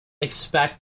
expect